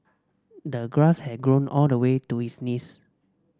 the grass had grown all the way to his knees